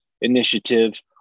initiative